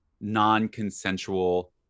non-consensual